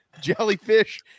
jellyfish